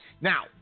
Now